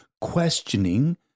questioning